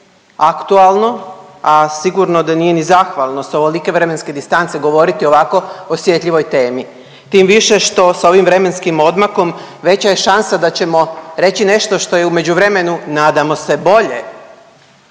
aktualno, a sigurno da nije ni zahvalno s ovolike vremenske distance govoriti o ovako osjetljivoj temi tim više što sa ovim vremenskim odmakom veća je šansa da ćemo reći nešto što je u međuvremenu nadamo se bolje,